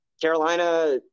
Carolina